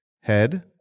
Head